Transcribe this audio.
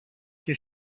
και